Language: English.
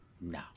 No